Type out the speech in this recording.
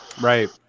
Right